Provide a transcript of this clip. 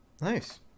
Nice